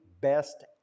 best